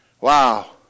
Wow